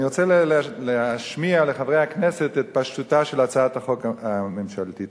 אני רוצה להשמיע לחברי הכנסת את פשטותה של הצעת חוק הממשלה הזאת.